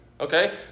Okay